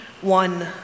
one